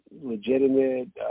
legitimate